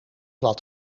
wat